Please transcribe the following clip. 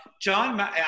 John